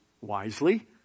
wisely